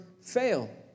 fail